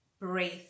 breathe